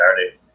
Saturday